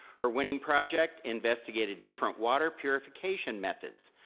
her winning project investigated different water purification methods.